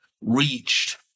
reached